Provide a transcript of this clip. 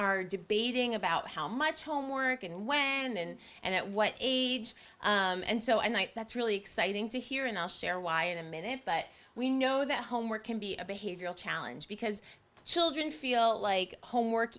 are debating about how much homework and when and and at what age and so and that's really exciting to hear and i'll share why in a minute but we know that homework can be a behavioral challenge because children feel like homework